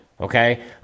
Okay